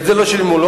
את זה לא שילמו לו.